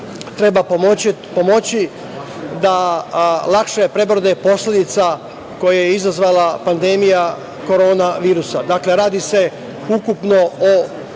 treba pomoći da lakše prebrode posledice koje je izazvala pandemija korona virusa. Dakle, radi se ukupno o